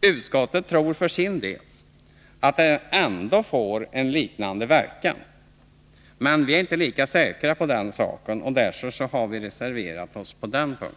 Utskottet tror för sin del att de ändå får en liknande verkan, men vi är inte lika säkra på den saken och har därför reserverat oss på denna punkt.